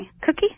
cookie